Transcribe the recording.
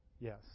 Yes